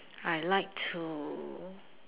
I like to